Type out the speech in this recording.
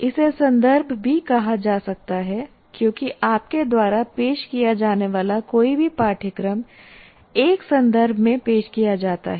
इसे संदर्भ भी कहा जा सकता है क्योंकि आपके द्वारा पेश किया जाने वाला कोई भी पाठ्यक्रम एक संदर्भ में पेश किया जाता है